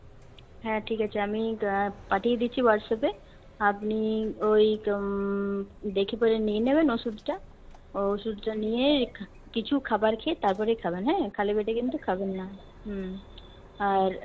হ্যাঁ ঠিক আছে আমি পাঠিয়ে দিচ্ছি হোয়াটসঅ্যাপে আপনি ওই দেখে পরে নিয়ে নেবেন ওষুধটা ওষুধটা নিয়ে কিছু খাবার খেয়ে তারপরে খাবেন হ্যাঁ খালি পেটে কিন্তু খাবেন না হুম আর